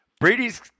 Brady's